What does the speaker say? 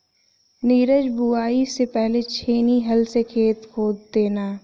नीरज बुवाई से पहले छेनी हल से खेत खोद देना